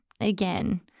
again